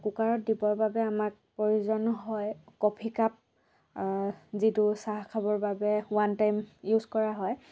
কুকাৰত দিবৰ বাবে আমাক প্ৰয়োজন হয় কফি কাপ যিটো চাহ খাবৰ বাবে ৱান টাইম ইউজ কৰা হয়